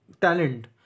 talent